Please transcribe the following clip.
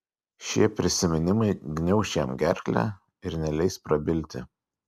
šie prisiminimai gniauš jam gerklę ir neleis prabilti